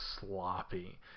sloppy